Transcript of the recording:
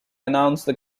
announced